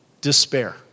despair